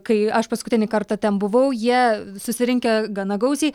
kai aš paskutinį kartą ten buvau jie susirinkę gana gausiai